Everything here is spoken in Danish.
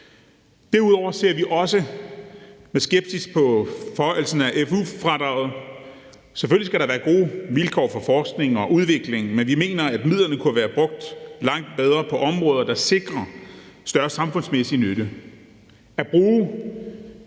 Derudover ser vi også med skepsis på forhøjelsen af FoU-fradraget. Selvfølgelig skal der være gode vilkår for forskning og udvikling, men vi mener, at midlerne kunne være brugt langt bedre på områder, der sikrer større samfundsmæssig nytte.